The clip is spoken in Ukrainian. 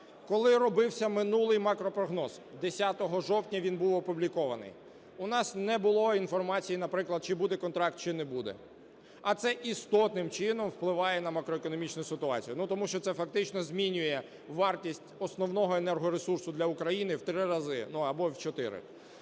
Коли робився минулий макропрогноз? 10 жовтня він був опублікований. У нас не було інформації, наприклад, чи буде контракт, чи не буде, а це істотним чином впливає на макроекономічну ситуацію, ну, тому що це фактично змінює вартість основного енергоресурсу для України в три рази, ну, або в чотири.